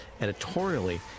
editorially